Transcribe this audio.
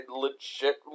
legit